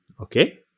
Okay